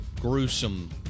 gruesome